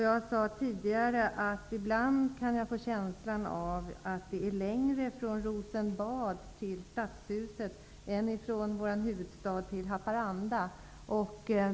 Jag sade tidigare att jag ibland får känslan av att det är längre från Rosenbad till Stadshuset än från vår huvudstad till Haparanda.